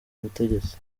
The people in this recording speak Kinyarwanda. ubutegetsi